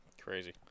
Crazy